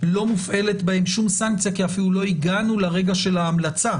לא מופעלת בהם שום סנקציה כי אפילו לא הגענו לרגע של ההמלצה,